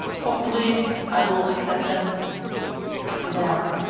hopefully i will accept them as who they are